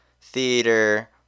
theater